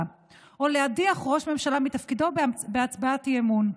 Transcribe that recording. או להדיח ראש ממשלה מתפקידו בהצבעת אי-אמון.